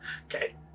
Okay